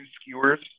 skewers